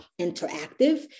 interactive